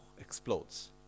explodes